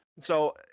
So-